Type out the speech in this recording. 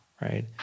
right